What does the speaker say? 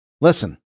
Listen